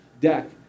deck